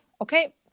Okay